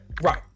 Right